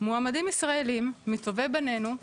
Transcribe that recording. מועמדים ישראלים מטובי בנינו,